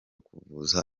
kuvuza